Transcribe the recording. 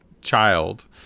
child